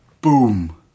boom